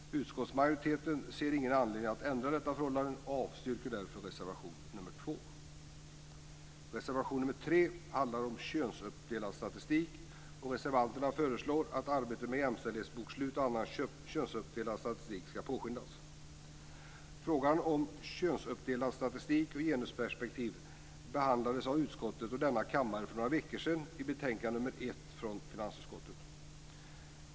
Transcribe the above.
Utskottsmajoriteten ser ingen anledning att ändra dessa förhållanden och avstyrker därför reservation nr 2. Reservation nr 3 handlar om könsuppdelad statistik. Reservanterna föreslår att arbetet med jämställdhetsbokslut och annan könsuppdelad statistik ska påskyndas. Frågan om könsuppdelad statistik i genusperspektiv behandlades i kammaren för några veckor sedan i anslutning till finansutskottets betänkande FiU1.